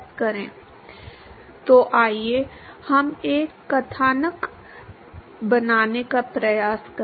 यह एक बहुत ही सामान्य सादृश्य है जो लगभग सभी ज्यामिति के लिए मान्य है कि हमने सोचा नहीं था